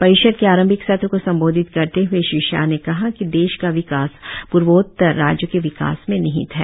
परिषद के आरंभिक सत्र को संबोधित करते हुए श्री शाह ने कहा कि देश का विकास पूर्वोत्तर राज्यों के विकास में निहित है